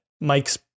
Mike's